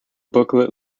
booklet